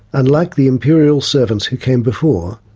unlike the imperial servants who came before,